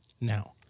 Now